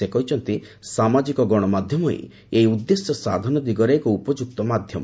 ସେ କହିଛନ୍ତି ସାମାଜିକ ଗଣମାଧ୍ୟମ ହିଁ ଏହି ଉଦ୍ଦେଶ୍ୟ ସାଧନ ଦିଗରେ ଏକ ଉପଯୁକ୍ତ ମାଧ୍ୟମ